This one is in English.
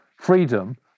freedom